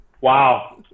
Wow